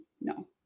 no